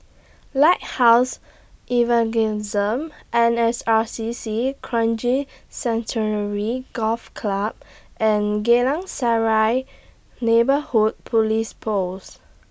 Lighthouse Evangelism N S R C C Kranji Sanctuary Golf Club and Geylang Serai Neighbourhood Police Post